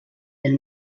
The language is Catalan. del